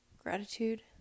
Gratitude